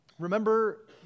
Remember